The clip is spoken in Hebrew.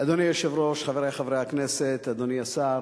אדוני היושב-ראש, חברי חברי הכנסת, אדוני השר,